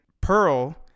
Pearl